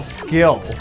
skill